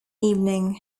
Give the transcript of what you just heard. evening